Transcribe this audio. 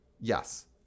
Yes